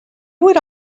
would